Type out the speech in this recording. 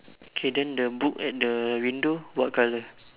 okay then the book at the window what colour